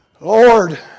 Lord